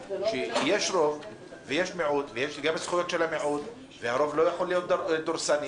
שיש רוב ויש מיעוט ויש גם זכויות של המיעוט והרוב לא יכול להיות דורסני.